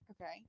Okay